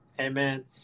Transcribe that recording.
Amen